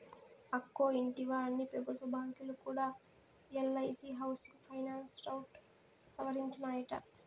అక్కో ఇంటివా, అన్ని పెబుత్వ బాంకీలు కూడా ఎల్ఐసీ హౌసింగ్ ఫైనాన్స్ రౌట్ సవరించినాయట